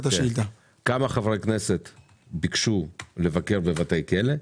כמה חברי כנסת ביקשו לבקר בבתי כלא,